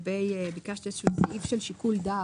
ביקשת איזשהו סעיף של שיקול דעת.